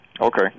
Okay